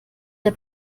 der